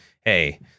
hey